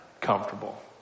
comfortable